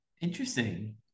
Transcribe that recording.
Interesting